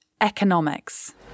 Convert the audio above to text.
Economics